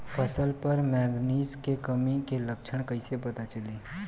फसल पर मैगनीज के कमी के लक्षण कइसे पता चली?